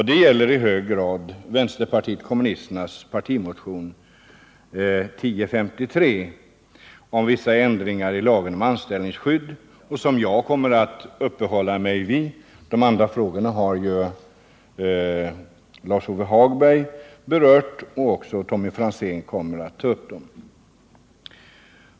Detta gäller i hög grad vänsterpartiet kommunisternas partimotion 1053 om vissa ändringar i lagen om anställningsskydd, som jag kommer att uppehålla mig vid —en del frågor i övriga vpk-motioner har Lars-Ove Hagberg berört, och Tommy Franzén kommer att ta upp andra.